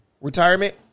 Retirement